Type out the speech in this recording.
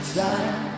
time